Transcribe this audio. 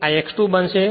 આ X 2 બનશે